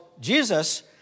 Jesus